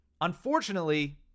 Unfortunately